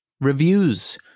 Reviews